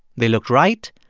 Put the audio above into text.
they looked right,